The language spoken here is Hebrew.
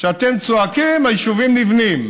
כשאתם צועקים, היישובים נבנים.